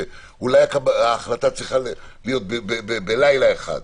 שאולי ההחלטה צריכה להיות בלילה אחד,